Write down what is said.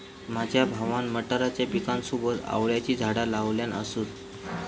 माझ्या भावान मटारच्या पिकासोबत आवळ्याची झाडा लावल्यान असत